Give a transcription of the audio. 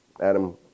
Adam